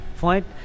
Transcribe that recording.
point